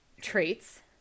traits